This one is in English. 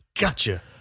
Gotcha